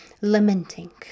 lamenting